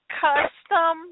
custom